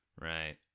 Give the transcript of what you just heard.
right